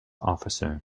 officer